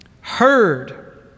heard